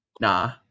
Nah